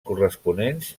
corresponents